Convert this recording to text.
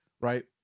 right